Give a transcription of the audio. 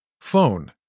Phone